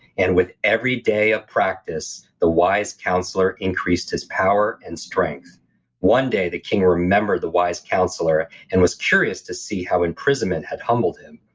and with every day of practice, the wise counselor increased his power and strength one day the king remembered the wise counselor, and was curious to see how imprisonment had humbled him.